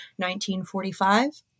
1945